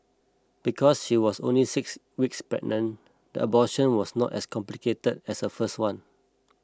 because she was only six weeks pregnant the abortion was not as complicated as her first one